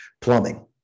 Plumbing